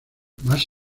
más